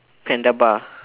panda bar